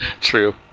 True